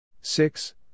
six